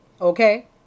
Okay